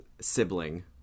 sibling